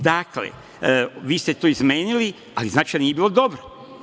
Dakle, vi ste to izmenili, ali nije bilo dobro.